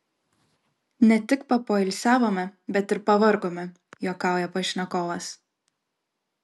ne tik papoilsiavome bet ir pavargome juokauja pašnekovas